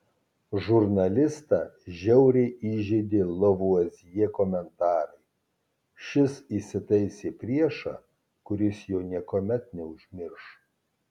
žurnalistą žiauriai įžeidė lavuazjė komentarai šis įsitaisė priešą kuris jo niekuomet neužmirš